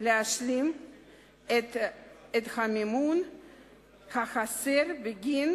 להשלים את המימון החסר בגין